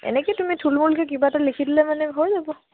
এনেকে তুমি থুলমুলকৈ কিবা এটা লিখি দিলে মানে হৈ যাব